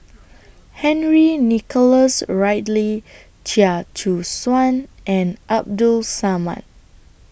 Henry Nicholas Ridley Chia Choo Suan and Abdul Samad